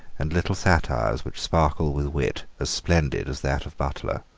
and little satires which sparkle with wit as splendid as that of butler.